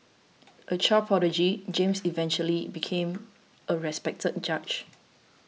a child prodigy James eventually became a respected judge